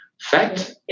fact